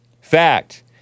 Fact